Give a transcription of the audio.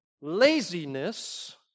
laziness